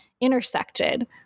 intersected